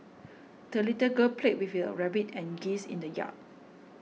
the little girl played with her rabbit and geese in the yard